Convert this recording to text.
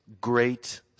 great